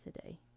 today